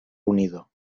unido